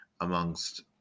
amongst